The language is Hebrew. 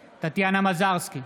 מזרסקי,